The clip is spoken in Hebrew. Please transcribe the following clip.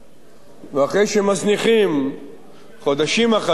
ואחרי שמזניחים חודשים אחדים או שנים